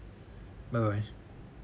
bye bye